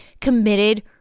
committed